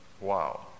wow